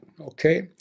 okay